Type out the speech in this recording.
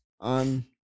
on